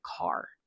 car